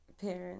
parents